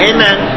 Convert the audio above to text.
Amen